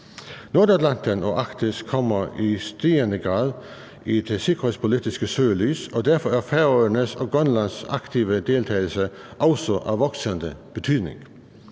Nordatlanten og Arktis kommer i stigende grad i det sikkerhedspolitiske søgelys, og derfor er Færøernes og Grønlands aktive deltagelse også af voksende betydning.